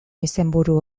izenburu